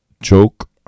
joke